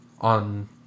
on